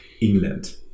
England